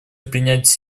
принять